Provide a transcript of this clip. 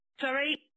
Sorry